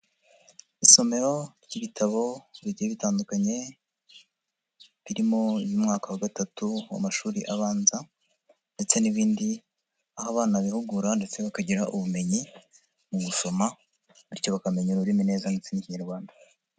Isomero ry'ibitabo bigiye bitandukanye, birimo umwaka wa gatatu w'amashuri abanza ndetse n'ibindi, aho abana bihugura ndetse bakagira ubumenyi mu gusoma bityo bakamenya ururimi neza ndetse n'Ikinyarwanda.